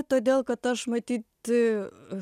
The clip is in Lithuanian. todėl kad aš matyt